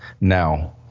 now